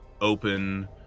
open